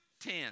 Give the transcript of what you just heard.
Ten